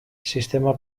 sistema